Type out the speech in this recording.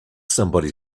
somebody